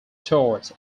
tours